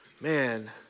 Man